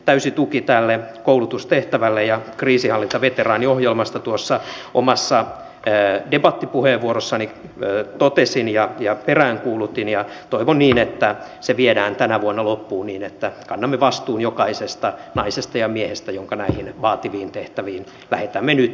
täysi tuki tälle koulutustehtävälle ja kuten kriisinhallintaveteraaniohjelmasta tuossa omassa debattipuheenvuorossani totesin ja peräänkuulutin toivon että se viedään tänä vuonna loppuun niin että kannamme vastuun jokaisesta naisesta ja miehestä jotka näihin vaativiin tehtäviin lähetämme nyt ja tulevaisuudessa